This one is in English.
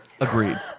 Agreed